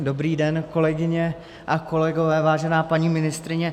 Dobrý den, kolegyně a kolegové, vážená paní ministryně.